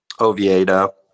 Oviedo